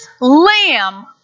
lamb